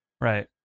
Right